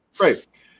Right